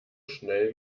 schnell